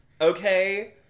Okay